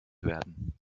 werden